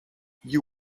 you